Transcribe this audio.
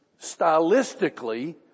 stylistically